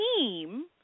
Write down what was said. team